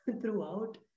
throughout